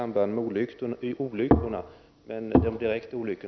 Men man kan knappast förhindra direkta olyckor.